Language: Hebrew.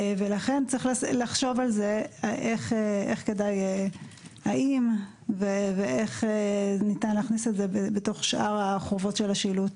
לכן יש לחשוב על האם ואיך ניתן להכניס את זה בתוך שאר חובות השילוט.